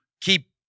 keep